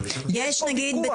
יש פה את הנושא הקלריקלי.